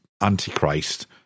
antichrist